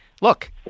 look